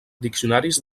diccionaris